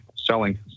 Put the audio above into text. Selling